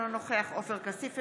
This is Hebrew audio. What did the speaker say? אינו נוכח עופר כסיף,